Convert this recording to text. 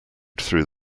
through